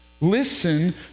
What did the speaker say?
Listen